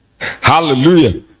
Hallelujah